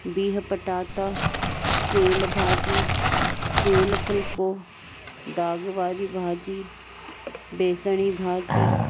बिह पटाटा सेल भाॼी सेल फ़ुल्को दाग वारी भाॼी बेसणी भाॼी